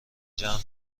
جمع